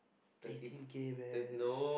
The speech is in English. eighty K man